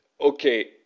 Okay